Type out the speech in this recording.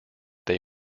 they